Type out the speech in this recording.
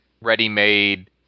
ready-made